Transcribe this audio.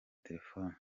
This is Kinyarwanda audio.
telefone